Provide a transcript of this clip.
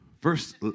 First